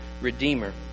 redeemer